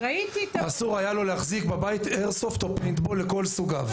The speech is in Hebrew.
אסור היה לו להחזיק בבית איירסופט או פיינטבול על כל סוגיהם.